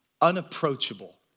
unapproachable